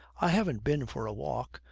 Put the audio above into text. i haven't been for a walk.